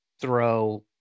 throw